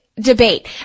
debate